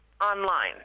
online